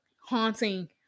haunting